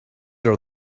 are